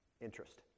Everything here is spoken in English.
interest